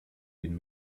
been